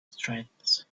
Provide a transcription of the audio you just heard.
strengths